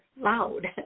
loud